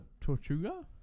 Tortuga